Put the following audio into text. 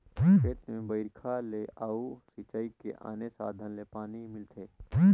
खेत में बइरखा ले अउ सिंचई के आने साधन ले पानी मिलथे